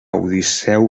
odisseu